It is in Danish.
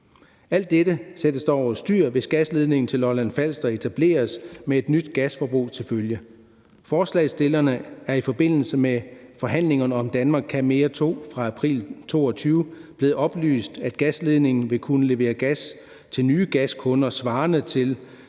Alt dette sættes over styr, hvis gasledningen til Lolland-Falster etableres med et nyt gasforbrug til følge. Forslagsstillerne er i forbindelse med forhandlingerne om »Danmark kan mere II« fra april 2022 blevet oplyst, at gasledningen vil kunne levere gas til nye gaskunder svarende til